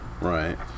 Right